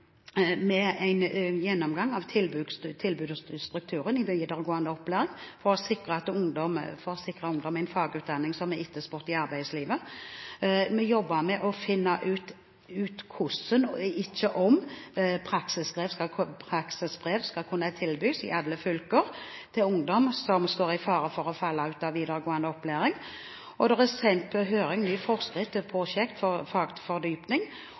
med en gjennomgang av tilbudet og strukturen i videregående opplæring for å sikre ungdom en fagutdanning som er etterspurt i arbeidslivet. Vi jobber med å finne ut hvordan – ikke om – praksisbrev skal kunne tilbys i alle fylker til ungdom som står i fare for å falle ut av videregående opplæring, og det er sendt på høring ny forskrift til et prosjekt for fagfordypning.